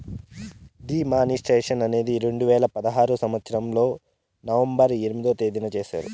D మానిస్ట్రేషన్ అనేది రెండు వేల పదహారు సంవచ్చరంలో నవంబర్ ఎనిమిదో తేదీన చేశారు